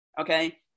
okay